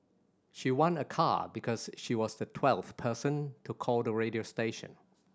she won a car because she was the twelve person to call the radio station